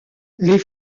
les